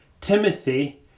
Timothy